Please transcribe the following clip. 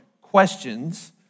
questions